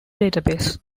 database